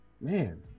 man